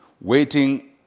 waiting